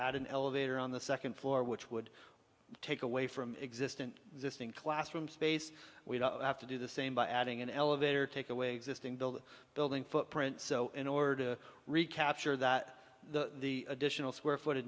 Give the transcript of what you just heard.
add an elevator on the second floor which would take away from existant this thing classroom space we have to do the same by adding an elevator take away exist build a building footprint so in order to recapture that the additional square footage